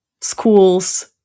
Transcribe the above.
schools